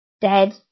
dead